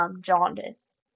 jaundice